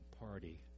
party